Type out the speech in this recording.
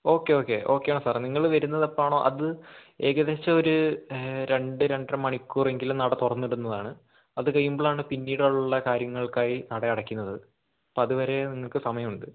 okay okay ഒക്കെയാണ് sir നിങ്ങൾ വരുന്നത് എപ്പോണോ അത് ഏകദേശം ഒരു രണ്ട് രണ്ടര മണിക്കൂറെങ്കിലും നട തുറന്ന് ഇടുന്നതാണ് അത് കഴിയുമ്പോളാണ് പിന്നീടുള്ള കാര്യങ്ങൾക്കായി നട അടയ്ക്കുന്നത് അപ്പോൾ അത് വരെയും നിങ്ങൾക്ക് സമയം ഉണ്ട്